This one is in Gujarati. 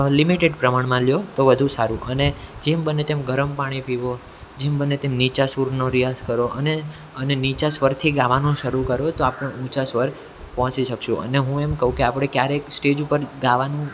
લિમિટેડ પ્રમાણમાં લો તો વધુ સારું અને જેમ બને તેમ ગરમ પાણી પીવો જેમ બને તેમ નીચા સુરનો રિયાઝ કરો અને અને નીચા સ્વરથી ગાવાનું શરૂ કરો તો આપણે ઊંચા સ્વર પહોંચી શકીશું અને હું એમ કહું કે આપણે ક્યારેક સ્ટેજ ઉપર ગાવાનું